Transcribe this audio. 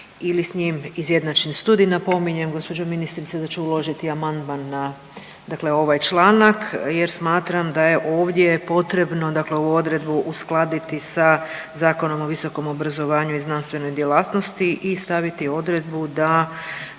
ili s njim izjednačen studij. Napominjem gđo. ministrice da ću uložiti amandman na dakle ovaj članak jer smatram da je ovdje potrebno dakle ovu odredbu uskladiti sa Zakonom o visokom obrazovanju i znanstvenoj djelatnosti i staviti odredbu da